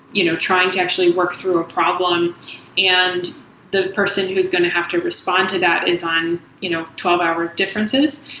you know trying to actually work through a problem and the person who's going to have to respond to that is on you know twelve hour differences,